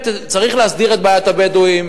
באמת להסדיר את בעיית הבדואים.